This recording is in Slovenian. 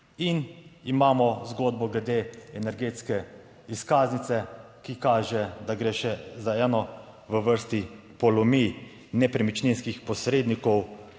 in imamo zgodbo glede energetske izkaznice, ki kaže, da gre še za eno v vrsti polomij nepremičninskih posrednikov